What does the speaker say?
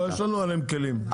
יש לנו עליהם כלים.